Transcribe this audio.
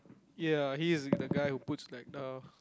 ya he is the guy who puts like uh